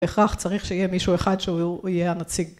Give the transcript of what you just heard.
בהכרח צריך שיהיה מישהו אחד שהוא יהיה הנציג